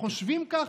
חושבים ככה.